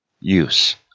use